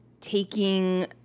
taking